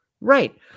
Right